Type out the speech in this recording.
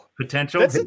potential